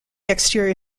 exterior